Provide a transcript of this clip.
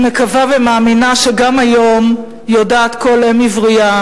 אני מקווה ומאמינה שגם היום יודעת כל אם עברייה